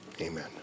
Amen